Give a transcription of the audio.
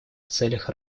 целях